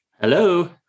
Hello